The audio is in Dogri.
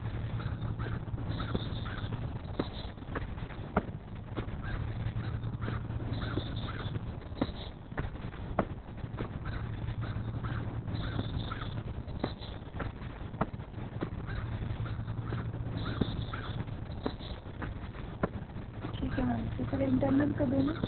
ते असाईनमेंट मैम कदूं न